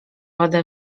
ode